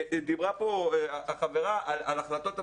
דיברה פה החברה על החלטות אבסורדיות.